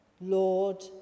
Lord